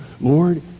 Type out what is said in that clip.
Lord